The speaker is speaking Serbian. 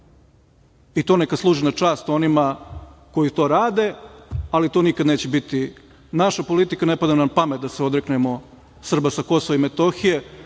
neka služi na čast onima koji to rade, ali to nikad neće biti naša politika. Ne pada nam na pamet da se odreknemo Srba sa KiM, ni